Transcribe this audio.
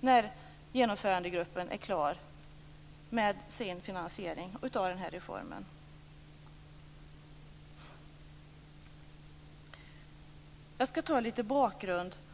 när Genomförandegruppen är klar med sin finansiering av den här reformen? Jag skall ta upp litet av bakgrunden.